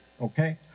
Okay